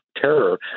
terror—